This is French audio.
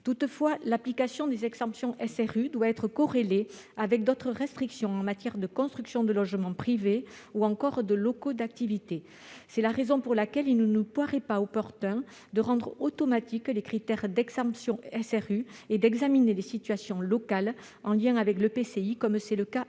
Toutefois, l'application des exemptions SRU doit être corrélée avec d'autres restrictions en matière de construction de logements privés ou de locaux d'activités. C'est la raison pour laquelle il ne nous paraît pas opportun de rendre automatique les critères d'exemption SRU plutôt que d'examiner les situations locales en lien avec l'EPCI, comme c'est le cas actuellement.